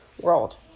world